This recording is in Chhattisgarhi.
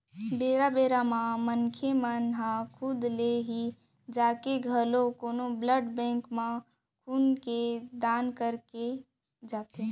बेरा बेरा म मनसे मन ह खुद ले ही जाके घलोक कोनो ब्लड बेंक म खून के दान करके आ जाथे